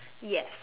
yes